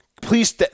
Please